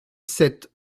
sept